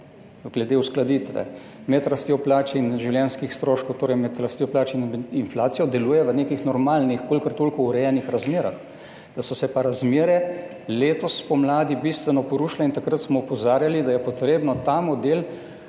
glede uskladitve med rastjo plač in življenjskih stroškov, torej med rastjo plač in inflacijo, deluje v nekih normalnih, kolikor toliko urejenih razmerah, da so se pa razmere letos spomladi bistveno porušile. In takrat smo opozarjali, da je potrebno ta model